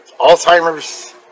Alzheimer's